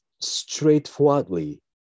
straightforwardly